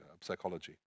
psychology